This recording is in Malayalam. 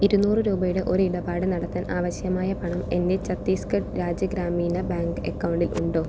ഇരുന്നൂറ് രൂപയുടെ ഒരു ഇടപാട് നടത്താൻ ആവശ്യമായ പണം എൻ്റെ ഛത്തീസ്ഗഡ് രാജ്യ ഗ്രാമീണ ബാങ്ക് അക്കൗണ്ടിൽ ഉണ്ടോ